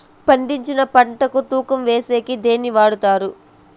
పండించిన పంట తూకం వేసేకి దేన్ని వాడతారు?